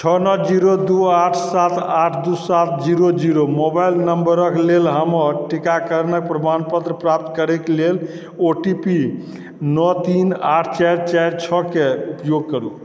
छओ नओ जीरो दू आठ सात आठ दू सात जीरो जीरो मोबाइल नंबरक लेल हमर टीकाकरणक प्रमाणपत्र प्राप्त करैक लेल ओ टी पी नओ तीन आठ चारि चारि छओकेँ उपयोग करु